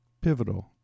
pivotal